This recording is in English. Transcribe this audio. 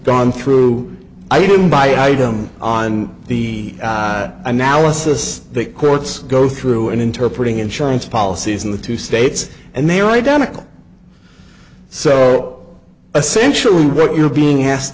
gone through i mean by item on the analysis that courts go through and interpret insurance policies in the two states and they are identical so essentially what you're being asked